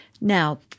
Now